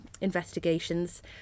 investigations